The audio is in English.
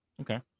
okay